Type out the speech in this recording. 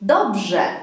Dobrze